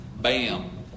Bam